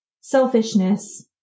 selfishness